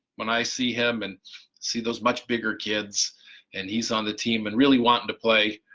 when i see him and see those much bigger kids and he's on the team and really wanted to play,